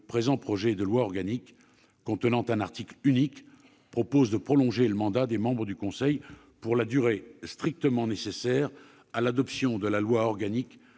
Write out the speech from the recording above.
présent projet de loi organique, qui se compose d'un article unique, vise à prolonger le mandat des membres du Conseil pour la durée strictement nécessaire à l'adoption de la loi organique